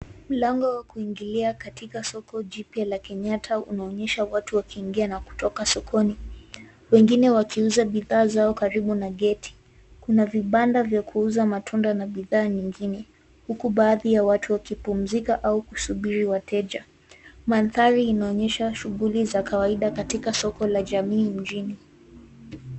Mlango wa kuingilia katika soko jipya la Kenyatta, unaonyesha watu wakiingia na kutoka sokoni, wengine wakiuza bidhaa zao karibu na gate . Kuna vibanda vya kuuza matunda na bidhaa nyingine, huku baadhi ya watu wakipumzika au kusubiri wateja. Mandhari inaonyesha shughuli za kawaida katika soko la jamii mjini.